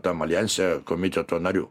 tam aljanse komiteto nariu